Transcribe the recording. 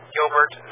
Gilbert